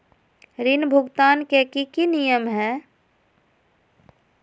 ऋण भुगतान के की की नियम है?